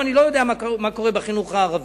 אני לא יודע מה קורה בחינוך הערבי.